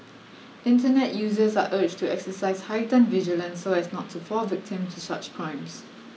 Internet users are urged to exercise heightened vigilance so as not to fall victim to such crimes